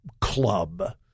club